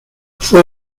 fue